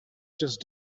just